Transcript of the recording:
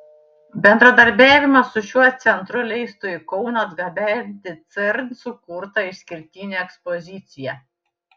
bendradarbiavimas su šiuo centru leistų į kauną atgabenti cern sukurtą išskirtinę ekspoziciją